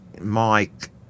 Mike